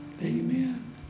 Amen